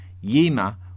Yima